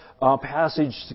passage